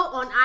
on